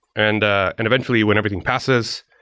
and ah and eventually when everything passes,